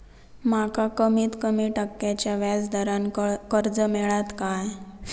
माका कमीत कमी टक्क्याच्या व्याज दरान कर्ज मेलात काय?